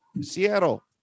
Seattle